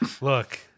look